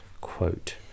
quote